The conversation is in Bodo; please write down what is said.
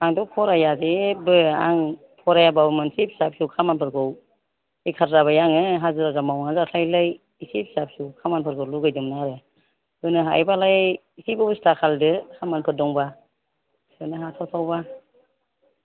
आंथ' फराया जेबो आं फरायाबाबो मोनसे फिसा फिसौ खामानिफोरखौ बेखार जाबाय आङो हाजिरा मुजिरा मावना जाथावलाय इसे फिसा फिसौ खामानिफोरखौ लुबैदोंमोन आरो होनो हायोबालाय इसे बेब'स्था खालामदो खामानिफोर दंबा सोनो हाथाव थावबा